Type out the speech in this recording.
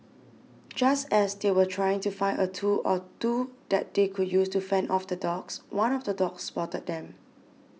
just as they were trying to find a tool or two that they could use to fend off the dogs one of the dogs spotted them